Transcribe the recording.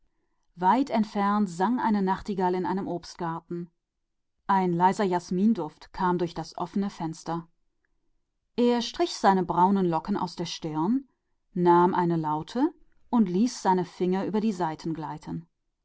einem garten sang eine nachtigall ein leichter jasminduft drang durch das offene fenster er strich sich die braunen locken von der stirn zurück nahm eine laute und ließ die finger über die saiten gleiten